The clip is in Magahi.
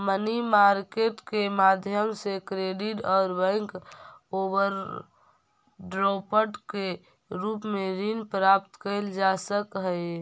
मनी मार्केट के माध्यम से क्रेडिट और बैंक ओवरड्राफ्ट के रूप में ऋण प्राप्त कैल जा सकऽ हई